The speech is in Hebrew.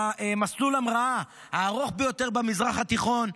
מסלול ההמראה הארוך ביותר במזרח התיכון,